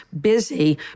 busy